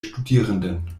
studierenden